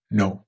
no